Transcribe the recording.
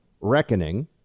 Reckoning